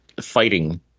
fighting